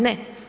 Ne.